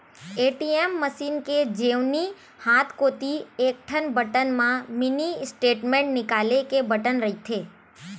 ATM machine के जेवनी हाथ कोती एकठन बटन म मिनी स्टेटमेंट निकाले के बटन रहिथे